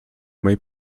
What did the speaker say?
mej